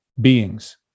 beings